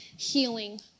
healing